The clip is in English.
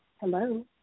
Hello